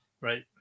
Right